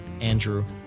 Andrew